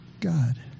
God